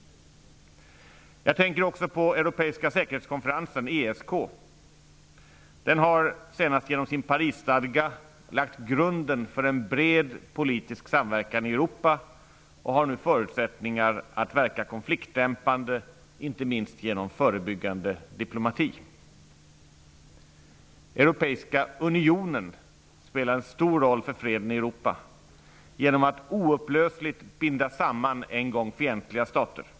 Jag tänker också på Europeiska säkerhetskonferensen, ESK. Den har senast genom sin Parisstadga lagt grunden för en bred politisk samverkan i Europa och har nu förutsättningar att verka konfliktdämpande, inte minst genom förebyggande diplomati. Europeiska unionen spelar en stor roll för freden i Europa genom att oupplösligt binda samman en gång fientliga stater.